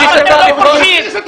למה אתם לא פורשים?